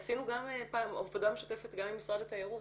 עשינו עבודה משותפת גם עם משרד התיירות,